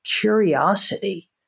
curiosity